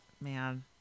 man